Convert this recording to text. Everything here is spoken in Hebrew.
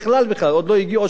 עוד לא הגיעו אליו.